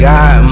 God